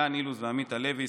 דן אילוז ועמית הלוי,